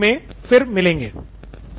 अगले मॉड्यूल में फिर मिलेंगे